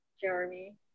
jeremy